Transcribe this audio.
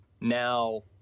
now